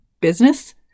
business